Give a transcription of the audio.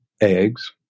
eggs